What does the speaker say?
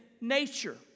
nature